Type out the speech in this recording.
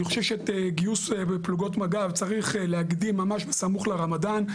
אני חושב שאת גיוס פלוגות מג"ב צריך להקדים ממש בסמוך לרמדאן,